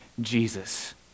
Jesus